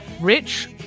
rich